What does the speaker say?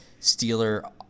Steeler